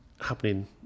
happening